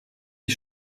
die